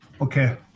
Okay